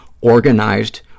organized